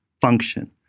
function